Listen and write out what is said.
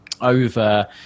over